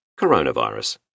coronavirus